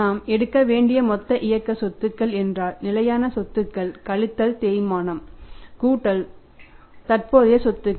நாம் எடுக்க வேண்டியமொத்த இயக்க சொத்துக்கள என்றால் நிலையான சொத்துக்கள் கழித்தல் தேய்மானம் கூட்டல் தற்போதைய சொத்துக்கள்